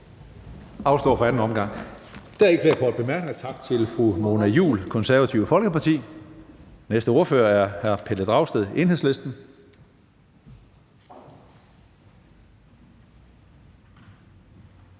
korte bemærkning. Der er ikke flere korte bemærkninger. Tak til fru Mona Juul, Det Konservative Folkeparti. Næste ordfører er hr. Pelle Dragsted, Enhedslisten.